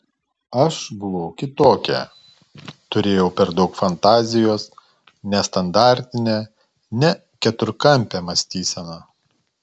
aš buvau kitokia turėjau per daug fantazijos nestandartinę ne keturkampę mąstyseną